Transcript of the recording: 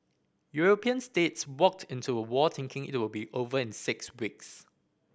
European states walked into a war thinking it will be over in six weeks